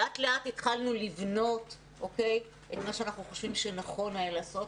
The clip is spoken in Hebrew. לאט-לאט התחלנו לבנות את מה שאנחנו חושבים שנכון היה לעשות.